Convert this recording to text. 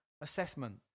assessment